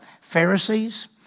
Pharisees